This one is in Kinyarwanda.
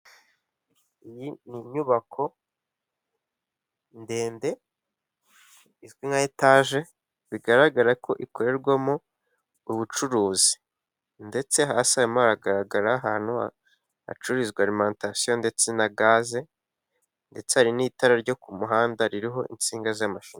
Iyi ni inyubako ndende izwi nka etaje bigaragara ko ikorerwamo ubucuruzi, ndetse hasi harimo hagaragara ahantu hacururizwa arimantasiyo ndetse na gaze, ndetse hari n'itara ryo ku muhanda ririho insinga z'amashanyarazi.